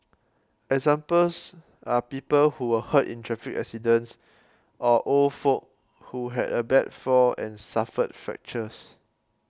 examples are people who were hurt in traffic accidents or old folk who had a bad fall and suffered fractures